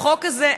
החוק הזה,